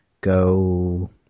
Go